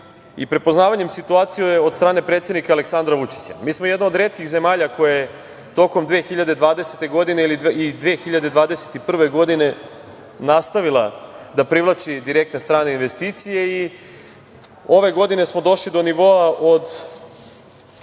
i prepoznavanjem situacije od strane predsednika Aleksandra Vučića. Mi smo jedna od retkih zemalja koja je tokom 2020. i 2021. godine nastavila da privlači direktne strane investicije i ove godine smo došli do nivoa koji